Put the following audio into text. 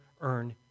earn